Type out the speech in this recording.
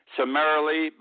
summarily